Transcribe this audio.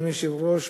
אדוני היושב-ראש,